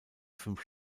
fünf